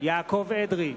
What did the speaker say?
יעקב אדרי,